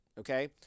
Okay